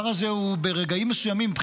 ברגעים מסוימים הדבר הזה,